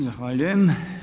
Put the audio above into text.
Zahvaljujem.